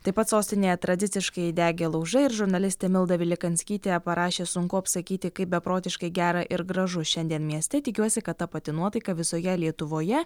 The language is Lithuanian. taip pat sostinėje tradiciškai degė laužai ir žurnalistė milda vilikanskytė parašė sunku apsakyti kaip beprotiškai gera ir gražu šiandien mieste tikiuosi kad ta pati nuotaika visoje lietuvoje